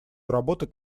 работать